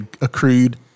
accrued